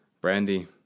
Brandy